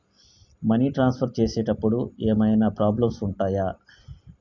Money transfer చేసేటప్పుడు ఏమైనా problems ఉంటయా?